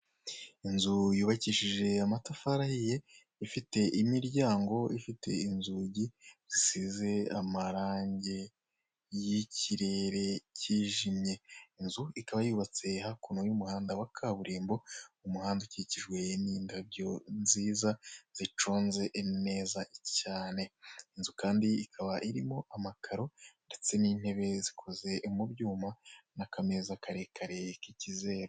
inzu yubakishije amatafari ahiye ifite imirango ifite inzugi zisize amarange y'ikirere kijimye inzu ikaba yubatse hakuno y'umuhanda wa kaburimbo umuhanda ukikijwe n'indabyo nziza ziconze neza cyane inzu kandi ikaba irimo amakaro ndetse n'intebe zikoze mu byuma n'akameza karekare k'ikizeru.